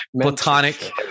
Platonic